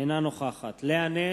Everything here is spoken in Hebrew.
אינה נוכחת לאה נס,